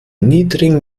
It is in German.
niedrigen